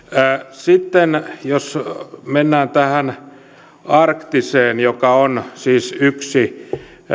sitten jos mennään tähän arktiseen joka on siis yksi